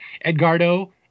Edgardo